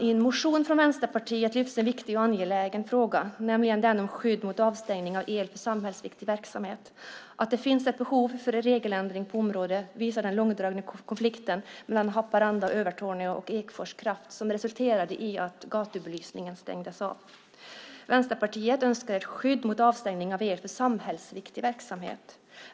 I en motion från Vänsterpartiet lyfts en viktig och angelägen fråga, nämligen den om skydd mot avstängning av el för samhällsviktig verksamhet. Att det finns ett behov för en regeländring på området visar den långdragna konflikten mellan Haparanda, Övertorneå och Ekfors Kraft, som resulterade i att gatubelysningen stängdes av. Vänsterpartiet önskar ett skydd mot avstängning av el för samhällsviktig verksamhet.